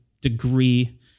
degree